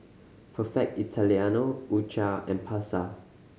Perfect Italiano U Cha and Pasar